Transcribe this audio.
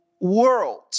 world